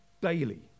daily